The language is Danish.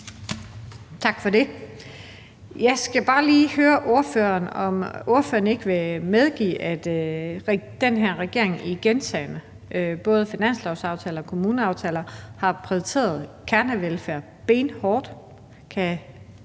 Tak for det. Jeg skal bare lige høre ordføreren, om ordføreren ikke vil medgive, at den her regering gentagne gange, både i finanslovsaftaler og kommuneaftaler, har prioriteret kernevelfærd benhårdt.